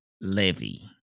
Levy